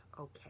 okay